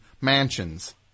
mansions